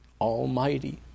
Almighty